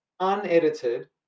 Unedited